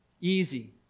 easy